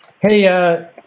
Hey